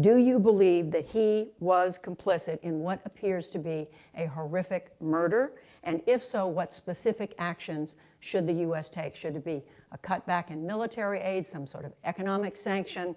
do you believe that he was complicit in what appears to be a horrific murder and if so, what specific action should the u s. take? should it be a cutback in military aid, some sort of economic sanction